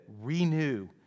renew